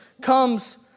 comes